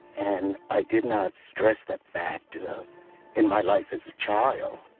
and i did not stress that fact in my life as a child